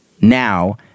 now